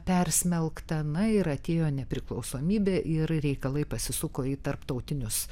persmelkta na ir atėjo nepriklausomybė ir reikalai pasisuko į tarptautinius